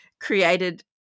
created